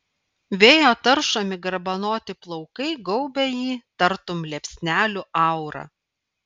vėjo taršomi garbanoti plaukai gaubia jį tartum liepsnelių aura